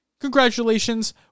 Congratulations